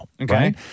Okay